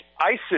ISIS